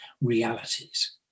realities